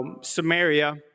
Samaria